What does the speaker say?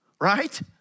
Right